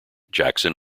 jackson